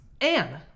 Anne